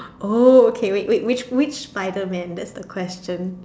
oh okay wait wait which which Spiderman that's the question